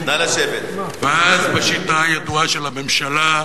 ואז בשיטה הידועה של הממשלה,